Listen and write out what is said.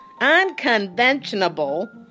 unconventional